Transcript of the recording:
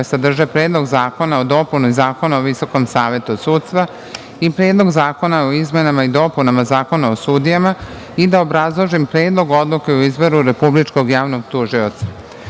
sadrže Predlog zakona o dopuni Zakona o VSS i Predlog zakona o izmenama i dopunama Zakona o sudijama i da obrazložim Predlog odluke o izboru Republičkog javnog tužioca. Ova